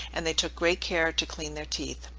and they took great care to clean their teeth,